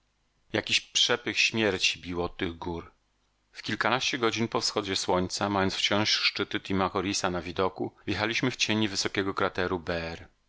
jakiś przepych śmierci bił od tych gór w kilkanaście godzin po wschodzie słońca mając wciąż szczyty timocharisa na widoku wjechaliśmy w cień niewysokiego krateru beer